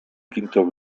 quinto